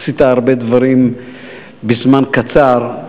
עשית הרבה דברים בזמן קצר,